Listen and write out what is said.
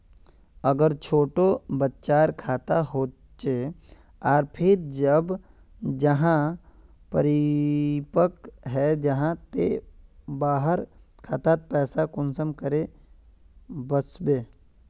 अगर छोटो बच्चार खाता होचे आर फिर जब वहाँ परिपक है जहा ते वहार खातात पैसा कुंसम करे वस्बे?